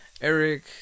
Eric